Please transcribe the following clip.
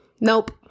Nope